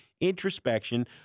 introspection